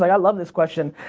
like love this question.